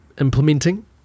implementing